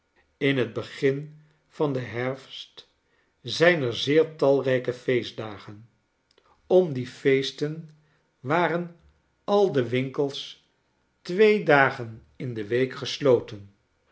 in het begin van den herfst zijn erzeertalrijke feestdagen om die feesten waren al de winkels twee dagen in de week gesloten